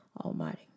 Almighty